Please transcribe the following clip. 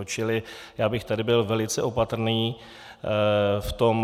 Čili já bych tady byl velice opatrný v tom.